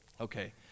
Okay